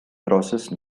processed